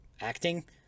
acting